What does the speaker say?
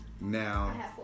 Now